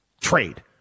trade